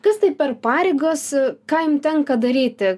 kas tai per pareigos ką jum tenka daryti